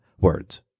words